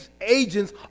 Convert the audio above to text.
agents